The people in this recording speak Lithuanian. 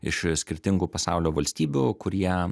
iš skirtingų pasaulio valstybių kurie